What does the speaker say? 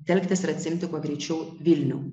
telktis ir atsiimti kuo greičiau vilnių